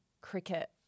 cricket